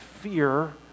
fear